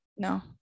No